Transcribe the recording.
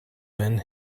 when